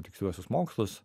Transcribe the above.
tiksliuosius mokslus